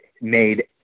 made